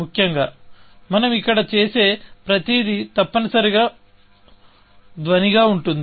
ముఖ్యంగామనం ఇక్కడ చేసే ప్రతిదీ తప్పనిసరిగా ధ్వనిగా ఉంటుంది